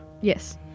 Yes